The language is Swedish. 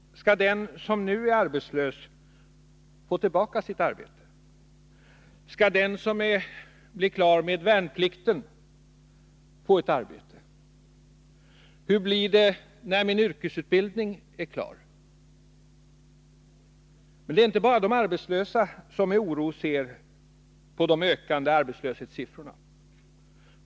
Skall den som nu är arbetslös få tillbaka sitt arbete? Skall den som blir klar med värnplikten få ett arbete? Hur blir det när yrkesutbildningen är klar? Men det är inte bara de arbetslösa som med oro ser på de ökande arbetslöshetssiffrorna.